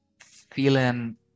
feeling